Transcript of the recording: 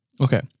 okay